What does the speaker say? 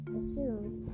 assumed